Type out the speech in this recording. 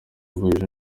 bibukijwe